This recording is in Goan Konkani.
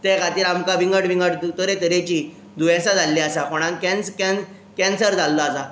ते खातीर आमकां विंगड विंगड तरे तरेचीं दुसेंयां जाल्लीं आसा कोणांग कँस कँ कॅन्सर जाल्लो आसा